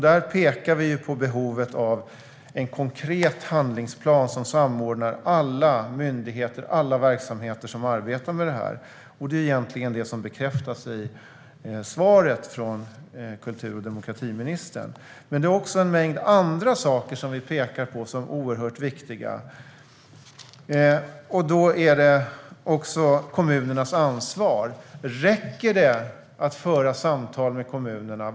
Där pekar vi på behovet av en konkret handlingsplan som samordnar alla myndigheter och alla verksamheter som arbetar med detta. Det är egentligen det som bekräftas i svaret från kultur och demokratiministern. Men det finns också en mängd andra saker som vi pekar på som oerhört viktiga. Det gäller också kommunernas ansvar. Räcker det att föra samtal med kommunerna?